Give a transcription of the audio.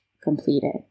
completed